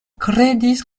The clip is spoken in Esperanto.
kredis